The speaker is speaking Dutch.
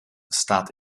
staat